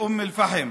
מאום אל-פחם,